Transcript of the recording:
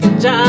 John